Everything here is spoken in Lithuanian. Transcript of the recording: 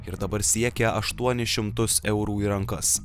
ir dabar siekia aštuonis šimtus eurų į rankas